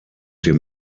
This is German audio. dem